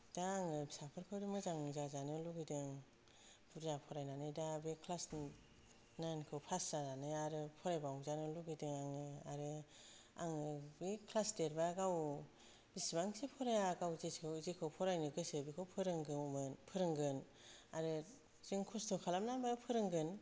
दा आङो फिसाफोरखौनो मोजां जाजानो लुबैदों बुरजा फरायनानै दा बे क्लासनि नाइनखौ फास जानानै आरो फरायबावजानो लुबैदों आङो आरो आङो बै क्लास देरबा गाव बेसेबांसो फराया गाव जेसे फरायो जेखौ फरायनो गोसो बेखौ फोरोंगौमोन फोरोंगोन आरो जों खस्त' खालामनाबाबो फोरोंगोन